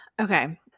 Okay